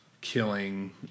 killing